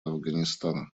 афганистана